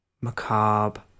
macabre